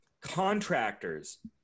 Contractors